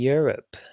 Europe